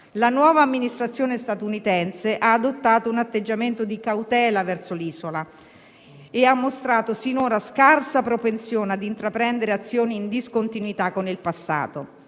La nuova Amministrazione statunitense ha adottato un atteggiamento di cautela verso l'isola e ha mostrato sinora scarsa propensione ad intraprendere azioni in discontinuità con il passato.